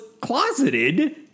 closeted